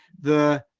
the,